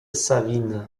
savine